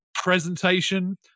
presentation